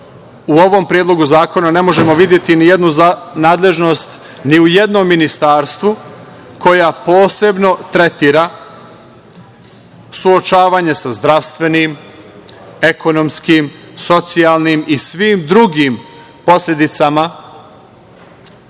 u ovom predlogu zakona na možemo videti nijednu nadležnost ni u jednom ministarstvu koja posebno tretira suočavanje sa zdravstvenim, ekonomskim, socijalnim i svim drugim posledicama